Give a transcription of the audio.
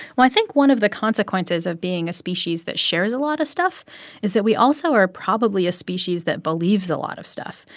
i think one of the consequences of being a species that shares a lot of stuff is that we also are probably a species that believes a lot of stuff.